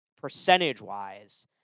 percentage-wise